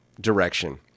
direction